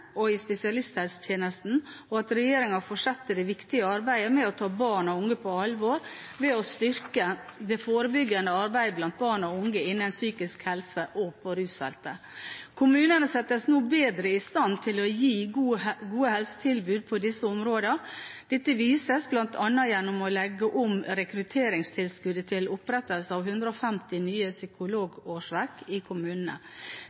og i spesialisthelsetjenesten, og at regjeringen fortsetter det viktige arbeidet med å ta barn og unge på alvor ved å styrke det forebyggende arbeidet blant barn og unge innen psykisk helse og på rusfeltet. Kommunene settes nå bedre i stand til å gi gode helsetilbud på disse områdene. Dette vises bl.a. gjennom å legge om rekrutteringstilskuddet til opprettelse av 150 nye psykologårsverk i kommunene.